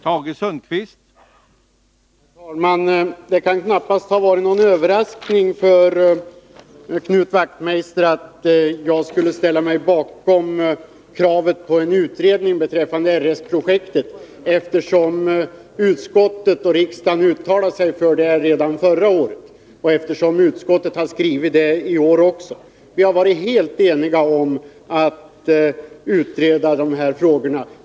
Herr talman! Det kan knappast ha varit någon överraskning för Knut Wachtmeister att jag skulle ställa mig bakom kravet på en utredning beträffande RS-projektet, eftersom utskottet och riksdagen uttalade sig för det redan förra året och eftersom utskottet har skrivit det i år också. Vi har varit helt eniga om att utreda de här frågorna.